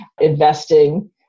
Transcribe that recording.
investing